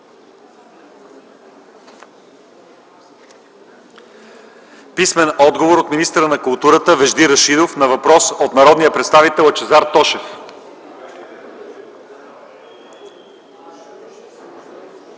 писмен отговор от министъра на културата Вежди Рашидов на въпрос от народния представител Лъчезар Тошев;